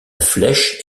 flèche